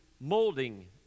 molding